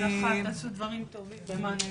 תעשו דברים טובים למען הילדים.